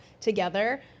together